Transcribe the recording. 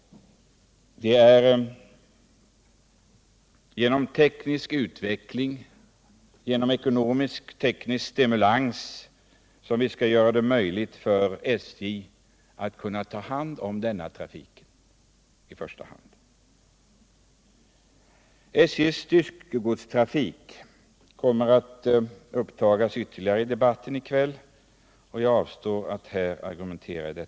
Det är genom teknisk utveckling och ekonomisk-teknisk stimulans som vi skall göra det möjligt för i första hand SJ att ta hand om denna trafik. SJ:s styckegodstrafik kommer att beröras ytterligare i kvällens debatt, och jag avstår därför nu från att orda om den.